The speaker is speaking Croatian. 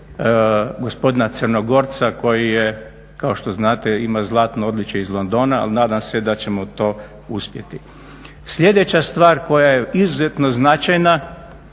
gospodina Crnogorca koji je, kao što znate ima zlatno odličje iz Londona, ali nadam se da ćemo to uspjeti. Sljedeća stvar koja je izuzetno značajna,